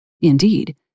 Indeed